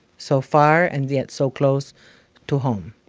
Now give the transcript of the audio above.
so far and yet so close to home